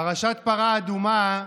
פרשת פרה אדומה,